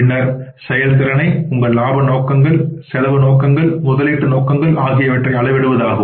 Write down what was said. பின்னர் செயல்திறனை உங்கள் இலாப நோக்கங்கள்செலவு நோக்கங்கள் முதலீட்டு நோக்கங்கள் ஆகியவற்றை அளவிடுவது ஆகும்